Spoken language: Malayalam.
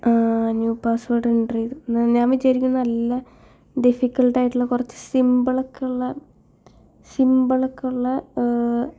ആഹ് ന്യൂ പാസ്വേഡ് എൻ്റർ ചെയ്തു ഞാൻ വിചാരിക്കുന്നു നല്ല ഡിഫികൾട്ടായിട്ടുള്ള കുറച്ച് സിംപിൾ ഒക്കെയുള്ള സിംപിൾ ഒക്കെയുള്ള